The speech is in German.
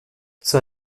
zur